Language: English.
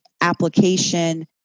application